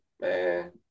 man